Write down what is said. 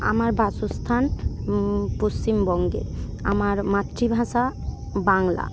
আমার বাসস্থান পশ্চিমবঙ্গে আমার মাতৃভাষা বাংলা